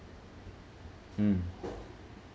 mm